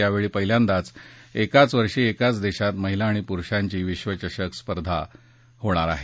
यावेळी पहिल्यांदाच एकाच वर्षी एकाच देशात महिला आणि पुरुषांची विश्वचषक स्पर्धा होणार आहे